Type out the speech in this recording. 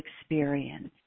experience